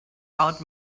out